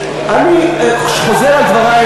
אני חוזר על דברי,